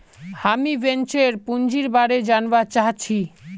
हामीं वेंचर पूंजीर बारे जनवा चाहछी